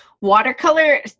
watercolor